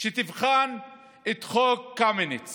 שתבחן את חוק קמיניץ